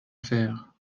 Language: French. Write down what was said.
faire